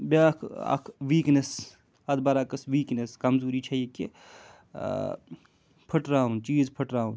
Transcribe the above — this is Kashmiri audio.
بیٛاکھ اَکھ ویٖکنس اَتھ بَرعکٕس ویٖکنس کمزوٗری چھےٚ یہِ کہِ پھٕٹراوُن چیٖز پھٕٹراوُن